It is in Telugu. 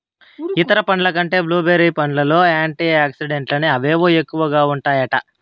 ఇతర పండ్ల కంటే బ్లూ బెర్రీ పండ్లల్ల యాంటీ ఆక్సిడెంట్లని అవేవో ఎక్కువగా ఉంటాయట